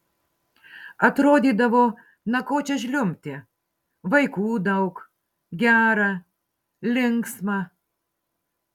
atrodydavo na ko čia žliumbti vaikų daug gera linksma